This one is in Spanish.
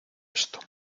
esto